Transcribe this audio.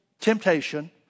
temptation